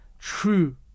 true